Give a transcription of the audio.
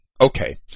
okay